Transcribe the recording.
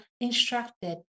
instructed